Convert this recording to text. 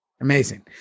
Amazing